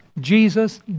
Jesus